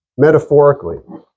metaphorically